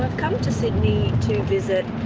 come to sydney to visit